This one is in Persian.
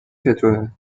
چطوره